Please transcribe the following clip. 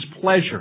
pleasure